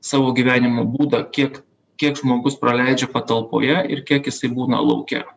savo gyvenimo būdą kiek kiek žmogus praleidžia patalpoje ir kiek jisai būna lauke